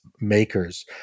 makers